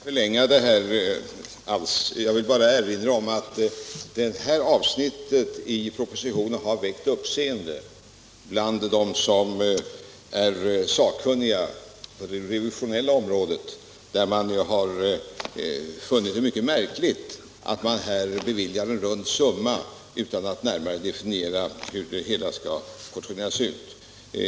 Herr talman! Jag skall inte förlänga debatten, men jag vill bara erinra om att detta avsnitt i propositionen har väckt uppseende bland sakkunniga på det revisionella området, som funnit det mycket märkligt att här bevilja en rund summa utan att närmare definiera hur den skall portioneras ut.